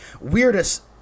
weirdest